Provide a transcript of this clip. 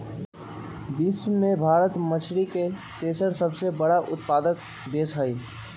विश्व में भारत मछरी के तेसर सबसे बड़ उत्पादक देश हई